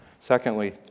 Secondly